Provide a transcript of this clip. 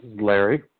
Larry